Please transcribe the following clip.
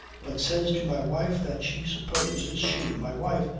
but says to my wife that she supposes she, my wife,